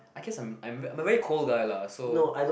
I guess I'm I'm I'm a very cold guy lah so